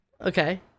okay